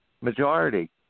majority